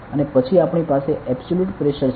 અને પછી આપણી પાસે એબ્સોલ્યુટ પ્રેશર છે